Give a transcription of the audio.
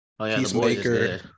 Peacemaker